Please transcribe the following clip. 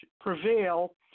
prevail